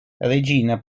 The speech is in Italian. regina